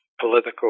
political